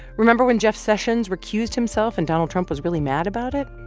remember when jeff sessions recused himself and donald trump was really mad about it?